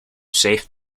safe